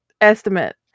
estimate